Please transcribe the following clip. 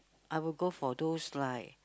I will go for those like